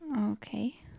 Okay